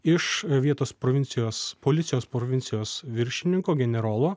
iš vietos provincijos policijos provincijos viršininko generolo